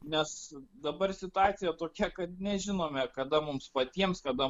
nes dabar situacija tokia kad nežinome kada mums patiems kada